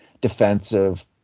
defensive